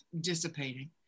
dissipating